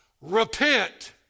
Repent